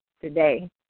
today